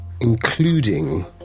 including